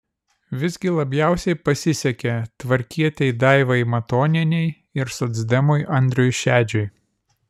visgi labiausiai pasisekė tvarkietei daivai matonienei ir socdemui andriui šedžiui